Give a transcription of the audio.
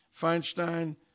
Feinstein